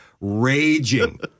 raging